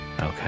Okay